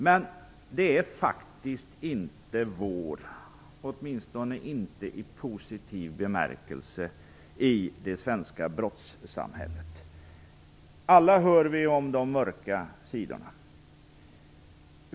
Men det är faktiskt inte vår, åtminstone inte i positiv bemärkelse, i det svenska brottssamhället. Alla hör vi talas om de mörka sidorna.